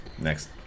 next